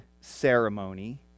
ceremony